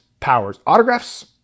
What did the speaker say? powersautographs